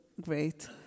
great